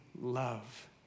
love